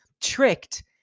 tricked